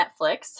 Netflix